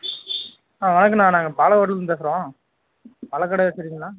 வணக்கணா நாங்கள் பாலகோட்டையில் இருந்து பேசுகிறோம் பழக் கட வச்சுருக்கீங்களா